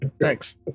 Thanks